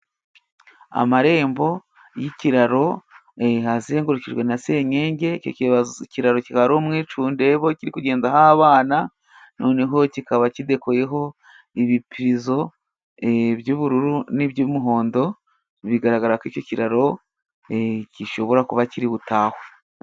Amarembo y'ikiraro azengurukijwe na senyenge, icyo kiraro kikaba ari umwicundebo kiri kugendaho abana noneho kikaba kidekoyeho ibipirizo by'ubururu, n'iby'umuhondo, bigaragara ko icyo kiraro gishobora kuba kiri butahwe.